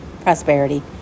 prosperity